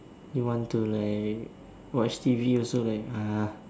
you want to like watch T_V also like ah